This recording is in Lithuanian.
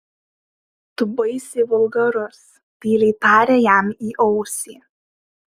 tu baisiai vulgarus tyliai tarė jam į ausį